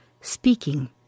speaking